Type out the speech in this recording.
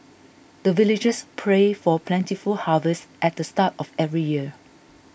the villagers pray for plentiful harvest at the start of every year